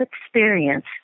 experience